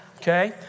Okay